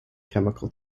chemical